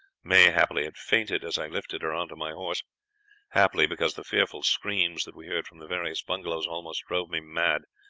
may happily had fainted as i lifted her on to my horse happily, because the fearful screams that we heard from the various bungalows almost drove me mad,